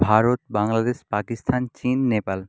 ভারত বাংলাদেশ পাকিস্থান চীন নেপাল